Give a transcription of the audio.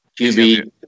QB